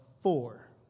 four